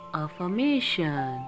affirmation